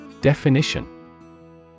Definition